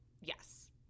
Yes